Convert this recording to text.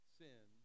sin